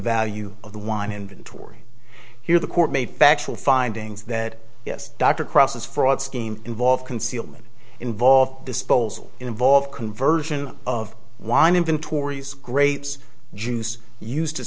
value of the wine inventory here the court may factual findings that yes dr cross is fraud scheme involved concealment involved disposal involved conversion of wine inventories grapes juice used